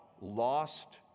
lost